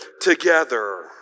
together